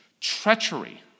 treachery